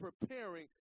preparing